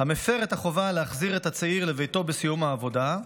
המפר את החובה להחזיר את הצעיר לביתו בסיום העבודה,